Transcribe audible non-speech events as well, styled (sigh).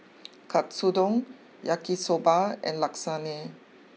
(noise) Katsudon Yaki Soba and Lasagne